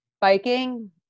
biking